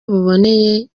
buboneye